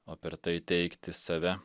o per tai teigti save